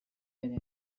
ere